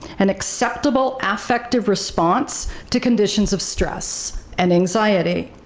an acceptable affective response to conditions of stress and anxiety,